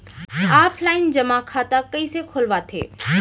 Offline जेमा खाता कइसे खोलवाथे?